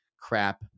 Crap